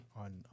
on